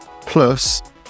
Plus